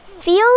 feel